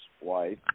wife